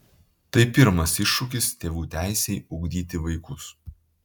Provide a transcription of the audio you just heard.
tai pirmas iššūkis tėvų teisei ugdyti vaikus